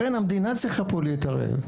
לכן המדינה צריכה פה להתערב.